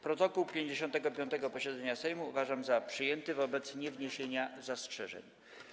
Protokół 55. posiedzenia Sejmu uważam za przyjęty wobec niewniesienia zastrzeżeń.